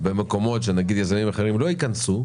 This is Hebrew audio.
במקומות שיזמים אחרים לא ייכנסו,